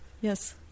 Yes